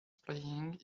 playing